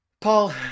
Paul